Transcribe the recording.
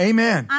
Amen